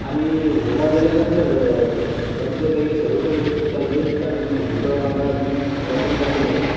आणि हुंडा दिल्यानंतर त्यांचं काही सर्व काही व्यवस्थित चालते कारण हुंडा प्रथा ही पुरातनपासून आहे